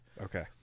Okay